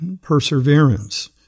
perseverance